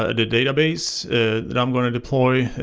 ah and database that i'm going deploy,